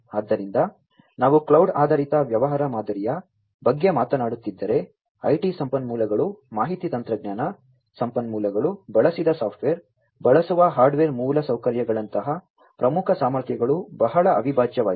ಆದ್ದರಿಂದ ನಾವು ಕ್ಲೌಡ್ ಆಧಾರಿತ ವ್ಯವಹಾರ ಮಾದರಿಯ ಬಗ್ಗೆ ಮಾತನಾಡುತ್ತಿದ್ದರೆ ಐಟಿ ಸಂಪನ್ಮೂಲಗಳು ಮಾಹಿತಿ ತಂತ್ರಜ್ಞಾನ ಸಂಪನ್ಮೂಲಗಳು ಬಳಸಿದ ಸಾಫ್ಟ್ವೇರ್ ಬಳಸುವ ಹಾರ್ಡ್ವೇರ್ ಮೂಲಸೌಕರ್ಯಗಳಂತಹ ಪ್ರಮುಖ ಸಾಮರ್ಥ್ಯಗಳು ಬಹಳ ಅವಿಭಾಜ್ಯವಾಗಿದೆ